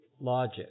logic